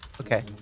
Okay